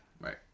Right